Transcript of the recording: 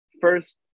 first